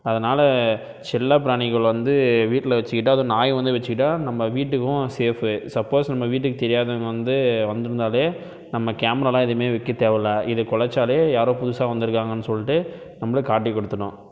அதனால செல்ல பிராணிகள் வந்து வீட்டில் வைச்சிக்கிட்டா அதுவும் நாய் வந்து வைச்சிக்கிட்டா நம்ம வீட்டுக்கும் சேஃப்பு சப்போஸ் நம்ம வீட்டுக்கு தெரியாதவங்கள் வந்து வந்திருந்தாலே நம்ம கேமராவில் எதுவுமே வைக்க தேவைல்ல இது குலச்சாலே யாரோ புதுசாக வந்துருக்காங்கன் சொல்ட்டு நம்மளுக்கு காட்டி கொடுத்துடும்